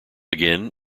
again